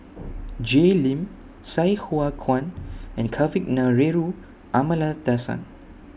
Jay Lim Sai Hua Kuan and Kavignareru Amallathasan